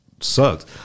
sucked